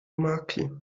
makel